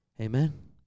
Amen